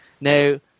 Now